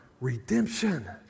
Redemption